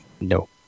No